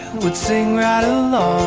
would sing right along